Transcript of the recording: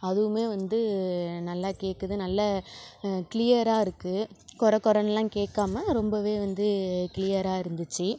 அதுவுமே வந்து நல்லா கேட்குது நல்ல க்ளியரா இருக்கு கொர கொரன்னுலாம் கேட்காம ரொம்பவே வந்து க்ளியரா இருந்துச்சு